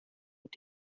mit